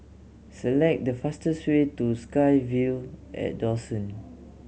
select the fastest way to SkyVille at Dawson